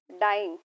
dying